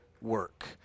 work